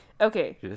Okay